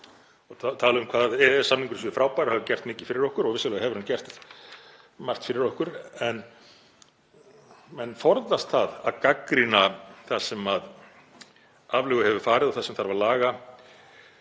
og tala um hvað EES-samningurinn sé frábær og hafi gert mikið fyrir okkur. Vissulega hefur hann gert margt fyrir okkur en menn forðast það að gagnrýna það sem aflögu hefur farið og það sem þarf að laga